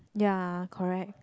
ya correct